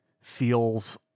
feels